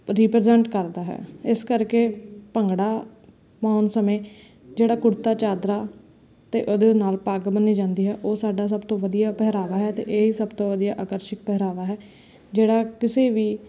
represent ਕਰਦਾ ਹੈ ਇਸ ਕਰਕੇ ਭੰਗੜਾ ਪਾਉਣ ਸਮੇਂ ਜਿਹੜਾ ਕੁੜਤਾ ਚਾਦਰਾ ਅਤੇ ਉਹਦੇ ਨਾਲ ਪੱਗ ਬੰਨ੍ਹੀ ਜਾਂਦੀ ਹੈ ਉਹ ਸਾਡਾ ਸਭ ਤੋਂ ਵਧੀਆ ਪਹਿਰਾਵਾ ਹੈ ਅਤੇ ਇਹ ਸਭ ਤੋਂ ਵਧੀਆ ਆਕਰਸ਼ਿਕ ਪਹਿਰਾਵਾ ਹੈ ਜਿਹੜਾ ਕਿਸੇ ਵੀ